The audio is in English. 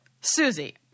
Susie